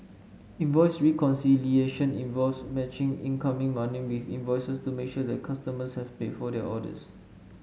invoice reconciliation involves matching incoming money with invoices to make sure that customers have paid for their orders